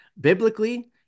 biblically